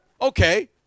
Okay